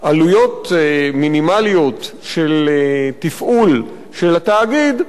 עלויות מינימליות של תפעול של התאגיד,